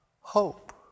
hope